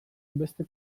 beste